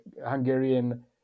Hungarian